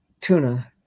tuna